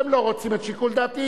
אתם לא רוצים את שיקול דעתי,